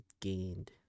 gained